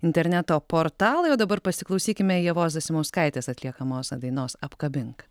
interneto portalai o dabar pasiklausykime ievos zasimauskaitės atliekamos dainos apkabink